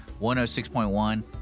106.1